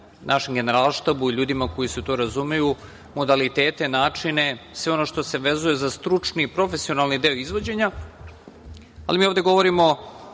našem Generalštabu, našim ljudima koji se u to razumeju, modalitete, načine, sve ono što se vezuje za stručni, profesionalni deo izvođenja. Ali, mi ovde govorimo